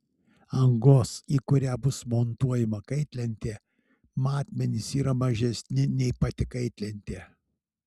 angos į kurią bus montuojama kaitlentė matmenys yra mažesni nei pati kaitlentė